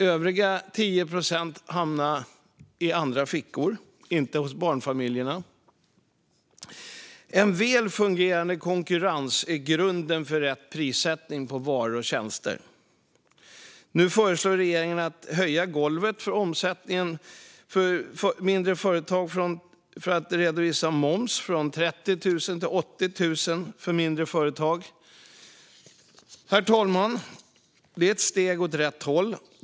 Övriga 10 procent hamnade i andra fickor, inte hos barnfamiljerna. En väl fungerande konkurrens är grunden för rätt prissättning på varor och tjänster. Nu föreslår regeringen en höjning av golvet för att redovisa moms på omsättning från 30 000 till 80 000 årligen för mindre företag. Herr talman! Detta är ett steg åt rätt håll.